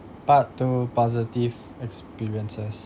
part two positive experiences